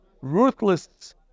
ruthless